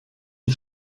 die